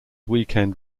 weekend